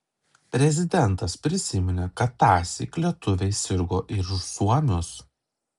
prezidentas prisiminė kad tąsyk lietuviai sirgo ir už suomius